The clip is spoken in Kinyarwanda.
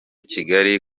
kigali